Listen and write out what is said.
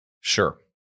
Sure